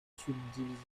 subdivisées